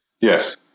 Yes